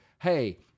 hey